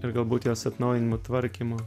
ir galbūt jos atnaujinimu tvarkymu